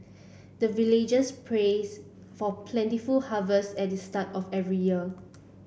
the villagers prays for plentiful harvest at the start of every year